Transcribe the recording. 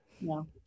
no